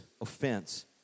offense